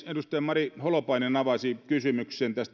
edustaja mari holopainen avasi kysymyksen